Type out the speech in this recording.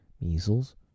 Measles